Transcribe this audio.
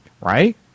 right